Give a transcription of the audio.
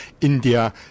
India